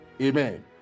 Amen